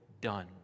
done